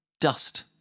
dust